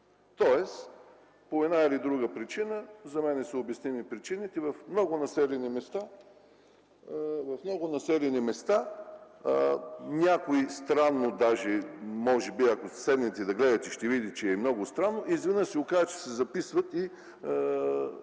Стоилов. По една или друга причина за мен са обясними причините в много населени места, в някои странно даже, ако седнете да гледате, ще видите, че много странно изведнъж се оказва, че се записват и